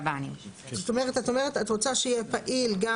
את אומרת שאת רוצה שהוא יהיה פעיל גם